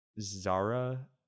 Zara